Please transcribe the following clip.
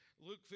Luke